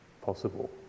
possible